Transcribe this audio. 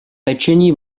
pečení